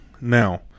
Now